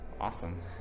Awesome